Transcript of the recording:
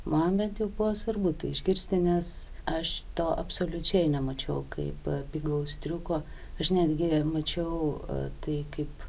man bent jau buvo svarbu tai išgirsti nes aš to absoliučiai nemačiau kaip pigaus triuko aš netgi mačiau tai kaip